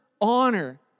honor